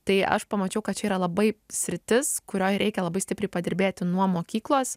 tai aš pamačiau kad čia yra labai sritis kurioj reikia labai stipriai padirbėti nuo mokyklos